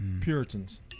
Puritans